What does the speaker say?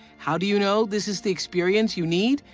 how do you know this is the experience you need?